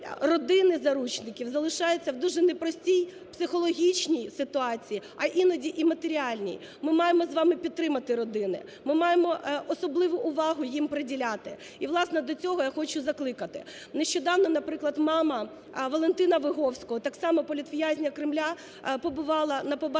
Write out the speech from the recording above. родини заручників залишаються в дуже непростій психологічній ситуації, а іноді і матеріальній. Ми маємо з вами підтримати родини, ми маємо особливу увагу їм приділяти, і, власне, до цього я хочу закликати. Нещодавно, наприклад, мама Валентина Виговського, так само політв'язня Кремля, побувала на побаченні